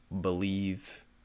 believe